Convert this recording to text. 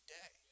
day